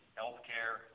healthcare